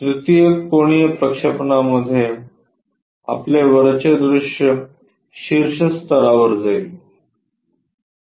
तृतीय कोनीय प्रक्षेपणामध्ये आपले वरचे दृश्य शीर्ष स्तरावर जाईल